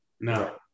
No